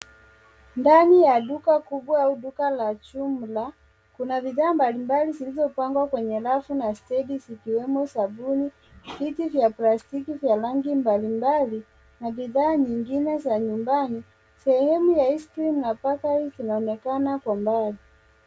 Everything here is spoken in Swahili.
Ndani ya duka kubwa au duka la jumla, kuna bidhaa mbalimbali zilizopangwa kwenye rafu na stendi zikiwemo sabuni, viti vya plastiki vya rangi mbalimbali na bidhaa nyingine za nyumbani. Sehemu ya, pastry na bakery, inaonekana kwa mbali.